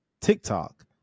TikTok